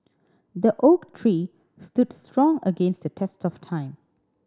the oak tree stood strong against the test of time